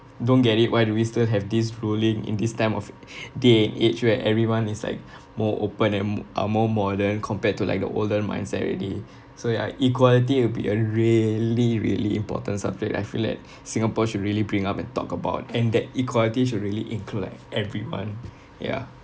don't get it why do we still have this ruling in this time of day and age where everyone is like more open and m~ are more modern compared to like the older mindset already so ya equality it'll be a really really important subject that I feel that singapore should really bring up and talk about and that equality should really include like everyone ya